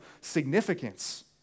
significance